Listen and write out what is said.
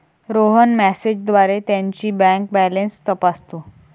रोहन मेसेजद्वारे त्याची bank balance तपासतो